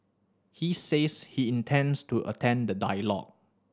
he says he intends to attend the dialogue